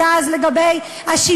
לגבי מתווה הגז,